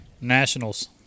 Nationals